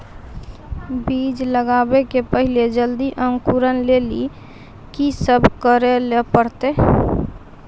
बीज लगावे के पहिले जल्दी अंकुरण लेली की सब करे ले परतै?